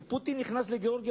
כשפוטין נכנס לגאורגיה,